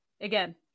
again